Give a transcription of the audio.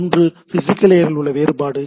ஒன்று பிசிகல் லேயரில் உள்ள வேறுபாடு